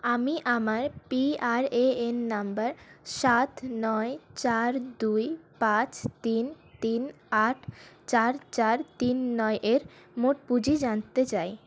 আমি আমার PRAN number সাত নয় চার দুই পাঁচ তিন তিন আট চার চার তিন নয়ের মোট পুঁজি জানতে চাই